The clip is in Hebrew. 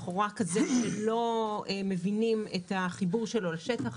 לכאורה כזה שלא מבינים את החיבור שלו לשטח,